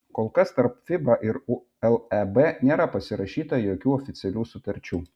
kol kas tarp fiba ir uleb nėra pasirašyta jokių oficialių sutarčių